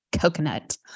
coconut